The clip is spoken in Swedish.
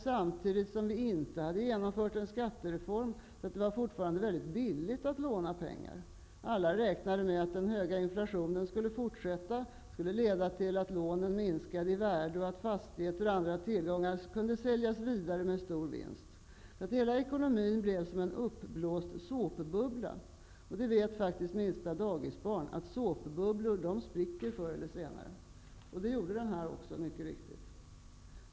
Skattereformen hade ännu inte genomförts, och skattereglerna innebar att det fortfarande var billigt att låna pengar. Alla räknade med att den höga inflationen skulle fortsätta och leda till att lånen minskade i värde och att fastigheter och andra tillgångar kunde säljas vidare med stor vinst. Ekonomin blev som en uppblåst såpbubbla. Det vet minsta dagisbarn, att såpbubblor spricker förr eller senare. Det gjorde också denna, mycket riktigt.